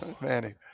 Manny